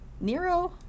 Nero